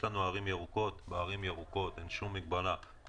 יש לנו ערים ירוקות שבהן אין שום מגבלה לפתוח גם את ענף הכושר,